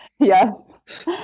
Yes